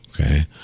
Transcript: okay